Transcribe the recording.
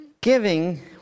giving